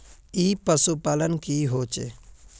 ई पशुपालन की होचे?